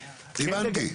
טוב, הבנתי.